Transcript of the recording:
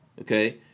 Okay